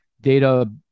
data